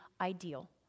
ideal